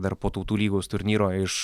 dar po tautų lygos turnyro iš